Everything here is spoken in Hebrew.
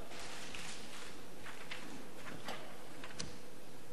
חוק העונשין (תיקון מס' 115), התשע"ב 2012, נתקבל.